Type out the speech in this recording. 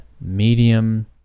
medium